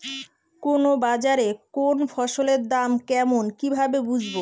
কোন বাজারে কোন ফসলের দাম কেমন কি ভাবে বুঝব?